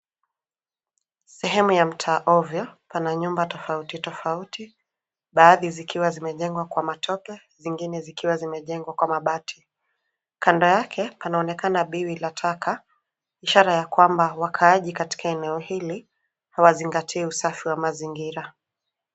Sehemu ya mtaa ovyo, pana nyumba tofauti tofauti. Baadhi zikiwa zimejengwa kwa matope, zingine zikiwa zimejengwa kwa mabati. Kando yake panaonekana biwi la taka ishara ya kwamba wakaaji katika eneo hili hawazingatii usafi wa mazingira.